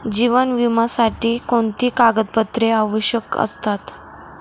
जीवन विम्यासाठी कोणती कागदपत्रे आवश्यक असतात?